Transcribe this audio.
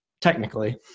technically